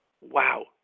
wow